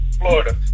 florida